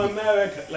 America